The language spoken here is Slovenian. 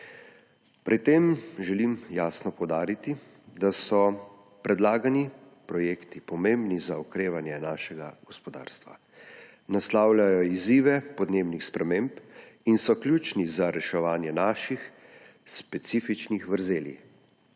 Pri tem želim jasno poudariti, da so predlagani projekti pomembni za okrevanje našega gospodarstva. Naslavljajo izzive podnebnih sprememb in so ključni za reševanje naših specifičnih vrzeli.